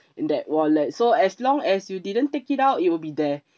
in that wallet so as long as you didn't take it out it will be there